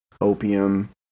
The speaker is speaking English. opium